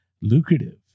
Lucrative